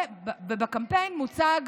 ובקמפיין מוצג